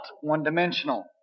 one-dimensional